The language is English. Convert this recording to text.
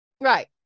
right